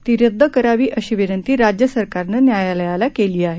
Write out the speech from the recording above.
ती रद्द करावी अशी विनंती राज्य सरकारनं न्यायालयाला केली आहे